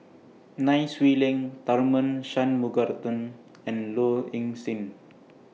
Nai Swee Leng Tharman and Low Ing Sing